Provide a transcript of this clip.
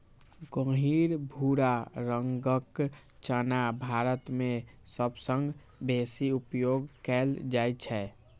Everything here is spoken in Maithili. गहींर भूरा रंगक चना भारत मे सबसं बेसी उपयोग कैल जाइ छै